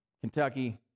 Kentucky